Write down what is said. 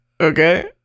Okay